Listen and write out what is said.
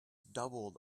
doubled